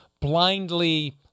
blindly